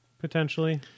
potentially